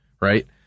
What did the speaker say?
Right